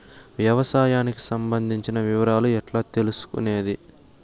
వ్యవసాయానికి సంబంధించిన వివరాలు ఎట్లా తెలుసుకొనేది?